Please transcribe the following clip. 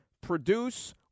produce